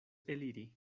eliri